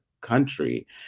country